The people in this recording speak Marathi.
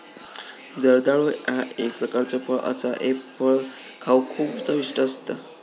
जर्दाळू ह्या एक प्रकारचो फळ असा हे फळ खाउक खूप चविष्ट असता